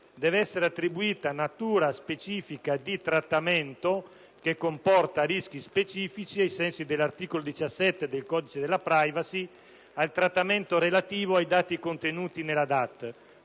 debba essere attribuita natura di trattamento, che comporta rischi specifici ai sensi dell'articolo 17 del codice della *privacy*, al trattamento relativo ai dati contenuti nella DAT,